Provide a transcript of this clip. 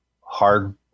hard